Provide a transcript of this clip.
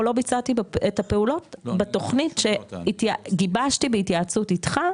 או לא ביצעתי את הפעולות בתוכנית שגיבשתי בהתייעצות איתך,